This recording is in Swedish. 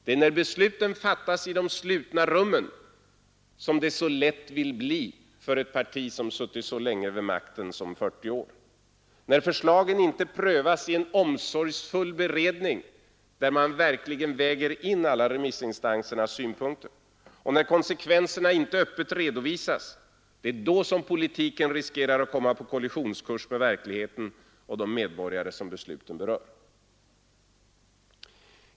Det är när besluten fattas i de slutna rummen — som det så lätt vill bli för ett parti som suttit så länge vid makten som 40 år — när förslagen inte prövas i en omsorgsfull beredning där man verkligen väger in alla remissinstansernas synpunkter och när konsekvenserna inte öppet redovisas som politiken riskerar att komma på kollisionskurs med verkligheten och med de medborgare som besluten berör.